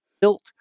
built